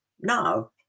now